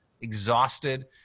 exhausted